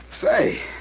Say